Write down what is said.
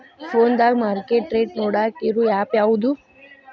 ಫೋನದಾಗ market rate ನೋಡಾಕ್ ಇರು ಆ್ಯಪ್ ಯಾವದು?